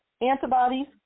antibodies